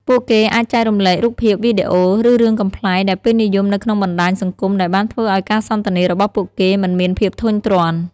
ពួកគេអាចចែករំលែករូបភាព វីដេអូ ឬរឿងកំប្លែងដែលពេញនិយមនៅក្នុងបណ្ដាញសង្គមដែលបានធ្វើឲ្យការសន្ទនារបស់ពួកគេមិនមានភាពធុញទ្រាន់។